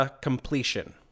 completion